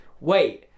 wait